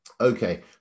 Okay